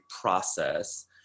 process